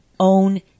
Own